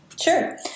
Sure